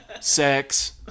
sex